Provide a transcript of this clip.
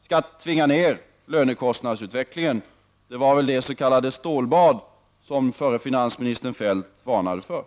skall tvinga ned lönekostnadsutvecklingen. Det var väl detta s.k. stålbad som förre finansministern Feldt varnade för.